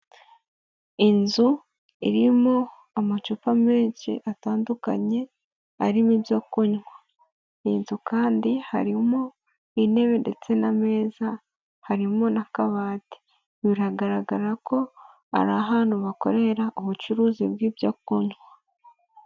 Inzu irimo amacupa menshi atandukanye arimo ibyo kunywa. Iyi nzu kandi harimo intebe ndetse n'ameza harimo n'akabati. Biragaragara ko ari ahantu bakorera ubucuruzi bw'ibyo kunywa.